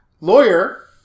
lawyer